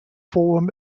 forum